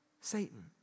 Satan